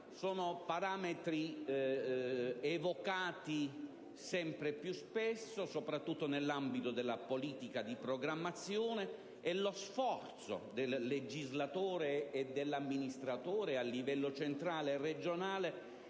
sono parametri evocati sempre più spesso, soprattutto nell'ambito della politica di programmazione, e lo sforzo del legislatore e dell'amministratore, al livello centrale e regionale,